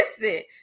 listen